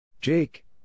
Jake